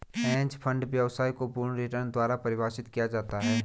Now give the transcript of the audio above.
hedge fund व्यवसाय को पूर्ण रिटर्न द्वारा परिभाषित किया जाता है